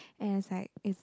and it's like it's